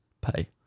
pay